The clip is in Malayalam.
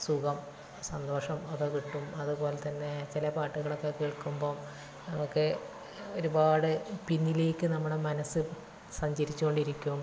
സുഖം സന്തോഷം അത് കിട്ടും അതുപോലെ തന്നെ ചില പാട്ടുകളൊക്കെ കേൾക്കുമ്പോൾ നമുക്ക് ഒരുപാട് പിന്നിലേക്ക് നമ്മളെ മനസ്സ് സഞ്ചരിച്ചു കൊണ്ടിരിക്കും